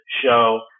show